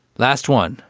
last one.